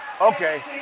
Okay